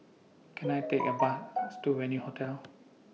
Can I Take A Bus to Venue Hotel